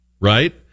Right